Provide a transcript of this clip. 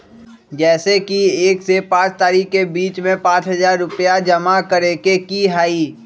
जैसे कि एक से पाँच तारीक के बीज में पाँच हजार रुपया जमा करेके ही हैई?